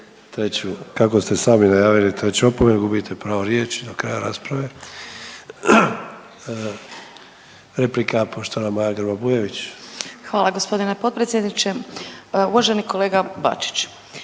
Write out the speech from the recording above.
treću, kako ste sami najavili treću opomenu, gubite pravo riječi do kraja rasprave. Replika poštovana Maja Grba Bujević. **Grba-Bujević, Maja (HDZ)** Hvala gospodine potpredsjedniče. Uvaženi kolega Bačić,